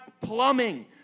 plumbing